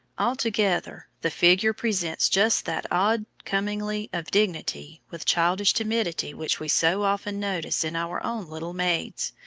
altogether, the figure presents just that odd commingling of dignity with childish timidity which we so often notice in our own little maids,